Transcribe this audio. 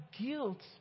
guilt